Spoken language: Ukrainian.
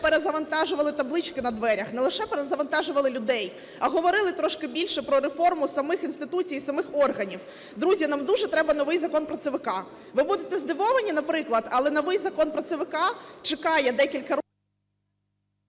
перезавантажували таблички на дверях, не лише перезавантажували людей, а говорили трошки більше про реформу самих інституцій, самих органів. Друзі, нам дуже треба новий Закон про ЦВК. Ви будете здивовані, наприклад, але новий Закон про ЦВК чекає декілька років…